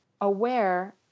aware